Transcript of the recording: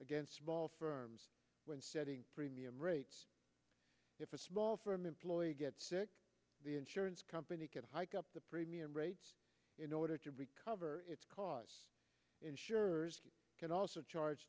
against small firms when setting premium rates if a small firm employee gets sick the insurance company can hike up the premium rate in order to recover it's because insurers can also charge